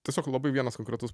tiesiog labai vienas konkretus